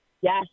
Yes